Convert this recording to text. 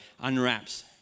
unwraps